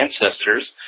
ancestors